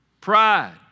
Pride